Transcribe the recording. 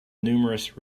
numerous